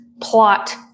plot